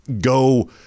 go